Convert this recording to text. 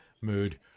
mood